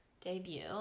debut